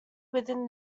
within